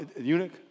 eunuch